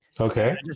okay